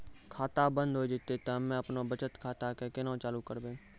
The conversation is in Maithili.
खाता बंद हो जैतै तऽ हम्मे आपनौ बचत खाता कऽ केना चालू करवै?